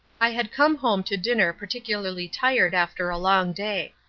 i had come home to dinner particularly tired after a long day.